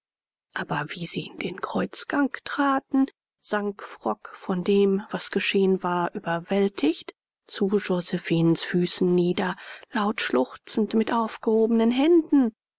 aber wie sie in den kreuzgang traten sank frock von dem was geschehen war überwältigt zu josephinens füßen nieder laut schluchzend mit aufgehobenen händen